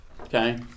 okay